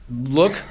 look